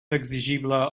exigible